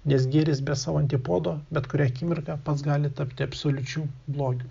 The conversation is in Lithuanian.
nes gėris be savo antipodo bet kurią akimirką pats gali tapti absoliučiu blogiu